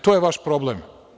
To je vaš problem.